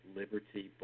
liberty